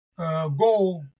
Go